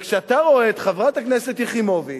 כשאתה רואה שחברת הכנסת יחימוביץ,